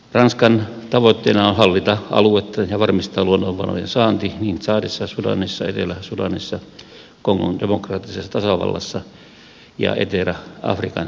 ranskan tavoitteena on hallita aluetta ja varmistaa luonnonvarojen saanti niin tsadissa sudanissa etelä sudanissa kongon demokraattisessa tasavallassa kuin keski afrikan tasavallassa